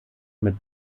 mit